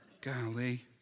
Golly